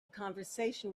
conversation